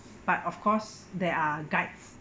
but of course there are guides